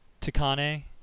Takane